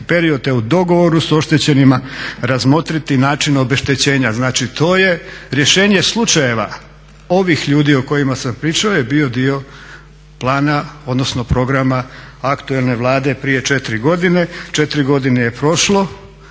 period te u dogovoru s oštećenima razmotriti način obeštećenja. Znači to je, rješenje slučajeva ovih ljudi o kojima sam pričao je bio dio plana, odnosno programa aktualne Vlade prije 4 godine. 4 godine je prošlo,